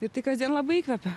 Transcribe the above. ir tai kasdien labai įkvepia